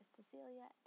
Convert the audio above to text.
Cecilia